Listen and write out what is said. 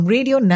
Radio